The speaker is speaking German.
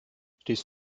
stehst